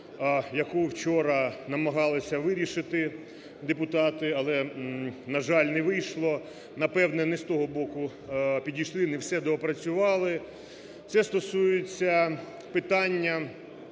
яку вчора намагалися вирішити депутати, але, на жаль, не вийшло, напевно, не з того боку підійшли, не все доопрацювали. Це стосується питання